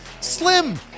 slim